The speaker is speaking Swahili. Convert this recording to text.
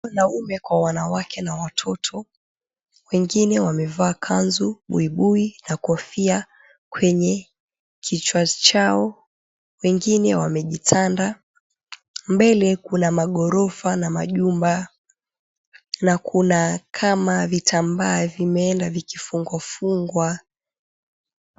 Wanaume kwa wanawake na watoto. Wengine wamevaa kanzu, buibui na kofia kwenye kichwa chao, wengine wamejitanda. Mbele kuna ghorofa na majumba na kuna kama vitambaa vimeenda vikifungwafungwa.